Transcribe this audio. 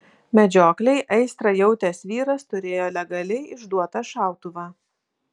medžioklei aistrą jautęs vyras turėjo legaliai išduotą šautuvą